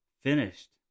finished